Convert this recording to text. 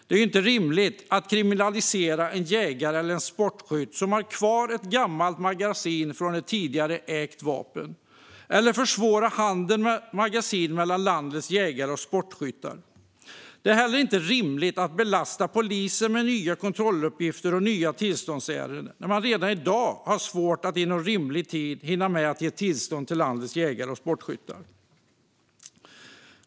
Det är inte rimligt att kriminalisera en jägare eller en sportskytt som har kvar ett gammalt magasin från ett tidigare ägt vapen eller att försvåra handeln med magasin mellan landets jägare och sportskyttar. Det är inte heller rimligt att belasta polisen med nya kontrolluppgifter och tillståndsärenden när man redan i dag har svårt att inom rimlig tid hinna med att ge tillstånd till landets jägare och sportskyttar.